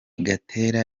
gatera